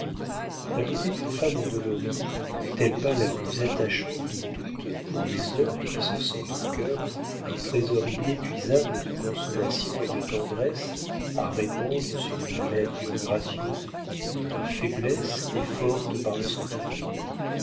la beauté d'une femme endolorie n'est-elle pas la plus attachante de toutes pour les hommes qui se sentent au cœur un trésor inépuisable de consolations et de tendresses à répandre sur une créature gracieuse de faiblesse et forte par le sentiment